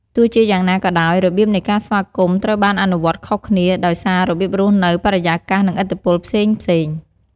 ទោះជាយ៉ាងណាក៏ដោយ របៀបនៃការស្វាគមន៍ត្រូវបានអនុវត្តខុសគ្នា ដោយសាររបៀបរស់នៅ បរិយាកាស និងឥទ្ធិពលផ្សេងៗ។